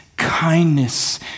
kindness